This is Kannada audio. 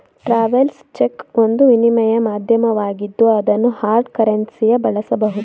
ಟ್ರಾವೆಲ್ಸ್ ಚೆಕ್ ಒಂದು ವಿನಿಮಯ ಮಾಧ್ಯಮವಾಗಿದ್ದು ಅದನ್ನು ಹಾರ್ಡ್ ಕರೆನ್ಸಿಯ ಬಳಸಬಹುದು